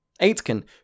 Aitken